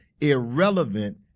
irrelevant